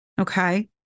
Okay